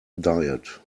diet